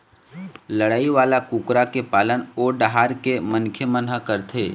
लड़ई वाला कुकरा के पालन ओ डाहर के मनखे मन ह करथे